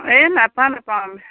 এই নাপাওঁ নাপাওঁ